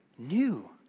new